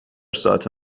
ساعت